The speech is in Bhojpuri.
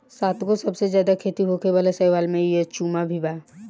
सातगो सबसे ज्यादा खेती होखे वाला शैवाल में युचेमा भी बा